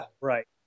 right